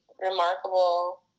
remarkable